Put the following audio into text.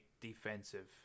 defensive